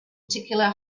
peculiar